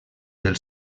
del